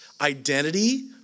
identity